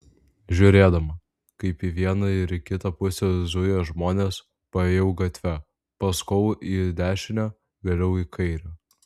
žiūrėdama kaip į vieną ir į kitą pusę zuja žmonės paėjau gatve pasukau į dešinę vėliau į kairę